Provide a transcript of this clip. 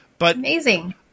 Amazing